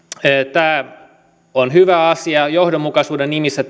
tämä on hyvä asia johdonmukaisuuden nimissä